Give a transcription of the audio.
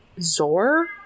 Zor